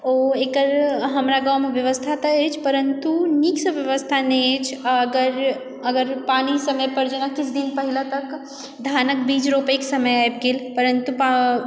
ओ एकर हमरा गाममे व्यवस्था तऽ अछि परन्तु नीकसँ व्यवस्था नहि अछि आ अगर पानी सङ्गे पर जेना किछु दिन पहिने तक धानक बीज रोपयके समय आबि गेल परन्तु